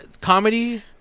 comedy